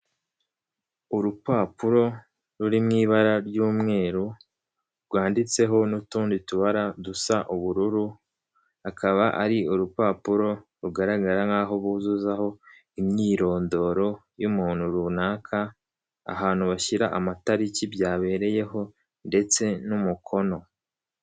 Urupapuro ruri mu ibara ry'umweru rwanditseho n'utundi tubara dusa ubururu, akaba ari urupapuro rugaragara nkaho buzuzaho imyirondoro y'umuntu runaka, ahantu bashyira amatariki byabereyeho ndetse n'umukono.